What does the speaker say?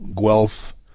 Guelph